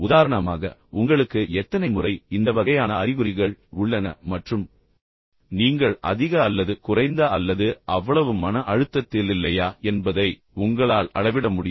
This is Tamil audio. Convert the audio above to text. உதாரணமாக உங்களுக்கு எத்தனை முறை இந்த வகையான அறிகுறிகள் உள்ளன மற்றும் பின்னர் பின்னர் நீங்கள் அதிக மன அழுத்தத்தில் இருக்கிறீர்களா குறைந்த மன அழுத்தத்தில் இருக்கிறீர்களா அல்லது அவ்வளவு மன அழுத்தத்தில் இல்லையா என்பதை உங்களால் அளவிட முடியும்